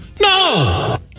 No